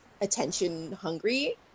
attention-hungry